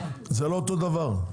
זה לא אותו דבר.